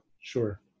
Sure